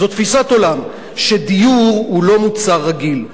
זאת תפיסת עולם שדיור הוא לא מוצר רגיל.